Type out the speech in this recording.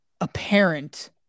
apparent